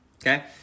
okay